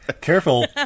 Careful